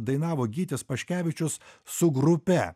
dainavo gytis paškevičius su grupe